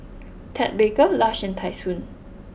Ted Baker Lush and Tai Sun